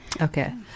Okay